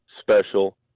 special